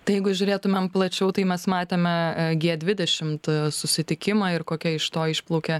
tai jeigu žiūrėtumėm plačiau tai mes matėme g dvidešimt susitikimą ir kokia iš to išplaukė